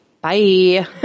Bye